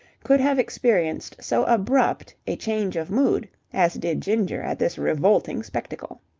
could have experienced so abrupt a change of mood as did ginger at this revolting spectacle.